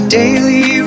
daily